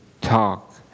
talk